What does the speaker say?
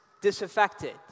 disaffected